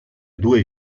due